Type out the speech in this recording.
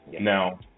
Now